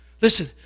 Listen